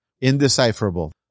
Indecipherable